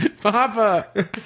Papa